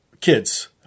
kids